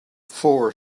for